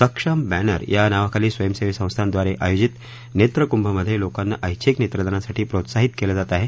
सक्षम बॅनर या नावाखाली स्वयं सेवी संस्थांद्वारे आयोजित नेत्र कुंभ मधे लोकांना ऐच्छीक नेत्रदानासाठी प्रोत्साहीत केलं जात आहे